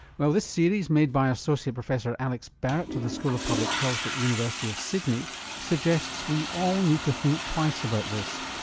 well, this series made by associate professor alex barratt of the school of public health at the university of sydney suggests we all need to think twice about this.